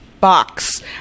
box